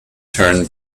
turn